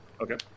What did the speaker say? Okay